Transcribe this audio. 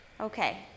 Okay